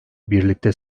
birlikte